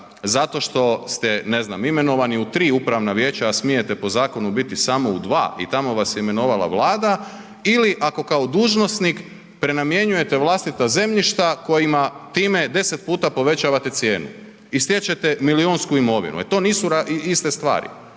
zato što ste, ne znam, imenovani u 3 upravna vijeća, a smijete po zakonu biti samo u 2 i tamo vas je imenovala Vlada ili ako kao dužnosnik prenamjenjujete vlastita zemljišta kojima time 10 puta povećavate cijenu i stječete milijunsku imovinu, e to nisu iste stvari